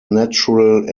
natural